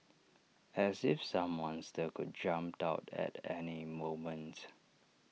as if some monster could jumps out at any moments